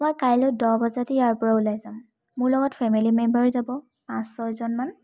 মই কাইলৈ দহ বজাতে ইয়াৰ পৰা ওলাই যাম মোৰ লগত ফেমিলি মেম্বাৰ যাব পাঁচ ছয়জনমান